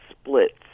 splits